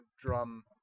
drum